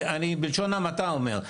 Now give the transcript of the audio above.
ואני בלשון המעטה אומר.